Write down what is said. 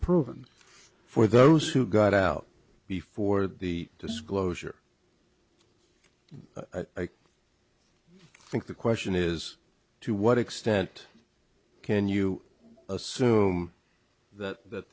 proven for those who got out before the disclosure i think the question is to what extent can you assume that